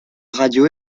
radio